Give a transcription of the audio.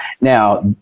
Now